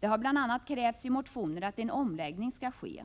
Det har bl.a. krävts i motioner att en omläggning skall ske.